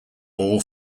all